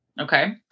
Okay